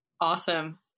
Awesome